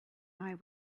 eye